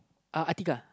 uh Atiqah